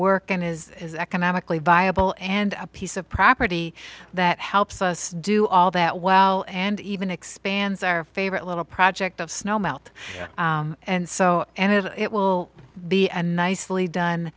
work and is economically viable and a piece of property that helps us do all that well and even expands our favorite little project of snow melt and so and it will be a nicely done